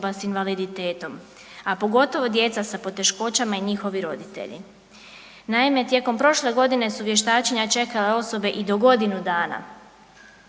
sa invaliditetom a pogotovo djeca za poteškoćama i njihovi roditelji. Naime, tijekom prošle godine su vještačenja čekala osobe i do godinu dana